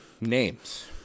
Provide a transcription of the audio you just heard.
names